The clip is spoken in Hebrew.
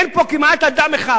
אין פה כמעט אדם אחד,